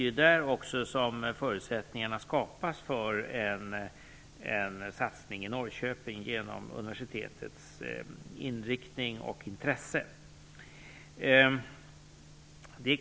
Förutsättningarna för en satsning i Norrköping skapas ju också där, genom universitets inriktning och intresse.